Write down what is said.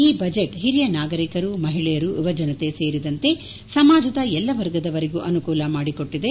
ಈ ಬಜೆಟ್ ಹಿರಿಯ ನಾಗರಿಕರು ಮಹಿಳೆಯರು ಯುವಜನತೆ ಸೇರಿ ಸಮಾಜದ ಎಲ್ಲಾ ವರ್ಗದವರಿಗೂ ಅನುಕೂಲ ಮಾಡಿಕೊಟ್ಟಿದೆ